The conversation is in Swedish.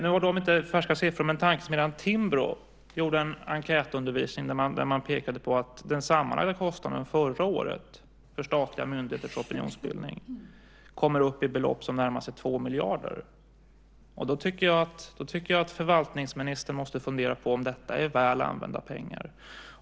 Nu har de inte färska siffror, men tankesmedjan Timbro gjorde en enkätundersökning där man pekade på att den sammanlagda kostnaden förra året för statliga myndigheters opinionsbildning kommer upp i belopp som närmar sig 2 miljarder. Jag tycker att förvaltningsministern måste fundera på om detta är väl använda pengar.